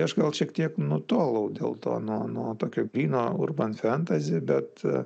aš gal šiek tiek nutolau dėl to nuo nuo tokio gryno urban fentezi bet